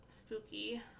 spooky